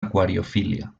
aquariofília